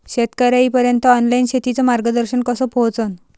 शेतकर्याइपर्यंत ऑनलाईन शेतीचं मार्गदर्शन कस पोहोचन?